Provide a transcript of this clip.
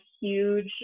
huge